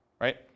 right